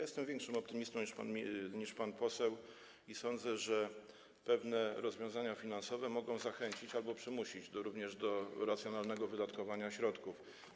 Jestem większym optymistą niż pan poseł i sądzę, że pewne rozwiązania finansowe mogą zachęcić albo przymusić do racjonalnego wydatkowania środków.